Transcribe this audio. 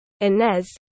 Inez